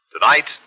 Tonight